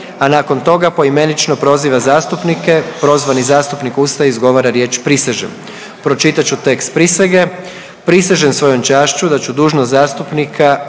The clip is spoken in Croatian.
a nakon toga poimenično proziva zastupnike. Prozvani zastupnik ustaje i izgovara riječ prisežem. Pročitat ću tekst prisege.